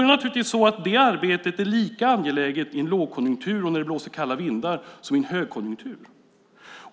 Det arbetet är naturligtvis lika angeläget i en lågkonjunktur och när det blåser kalla vindar som i en högkonjunktur.